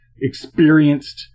experienced